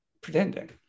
pretending